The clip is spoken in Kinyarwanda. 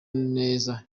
neza